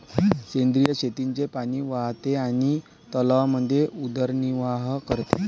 सेंद्रिय शेतीचे पाणी वाहते आणि तलावांमध्ये उदरनिर्वाह करते